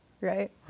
right